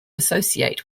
associate